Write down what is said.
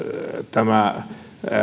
tämä